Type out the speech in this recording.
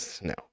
no